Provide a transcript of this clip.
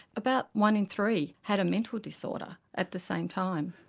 about one in three had a mental disorder at the same time.